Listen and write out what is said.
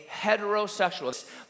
heterosexual